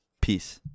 peace